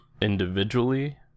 individually